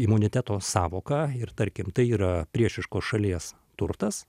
imuniteto sąvoka ir tarkim tai yra priešiškos šalies turtas